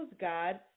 God